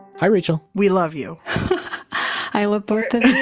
hi rachel we love you i love both